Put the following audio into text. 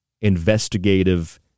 investigative